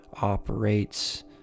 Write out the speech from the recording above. operates